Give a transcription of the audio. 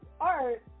art